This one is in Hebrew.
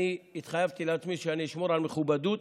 אני התחייבתי לעצמי שאשמור על מכובדות